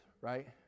right